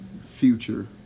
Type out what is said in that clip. future